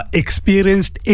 experienced